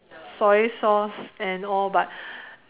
soy sauce and all but